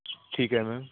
ਠੀਕ ਹੈ ਮੈਮ